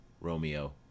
Romeo